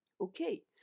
Okay